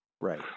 right